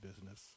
business